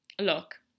look